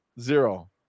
Zero